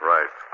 Right